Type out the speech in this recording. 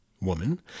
woman